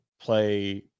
play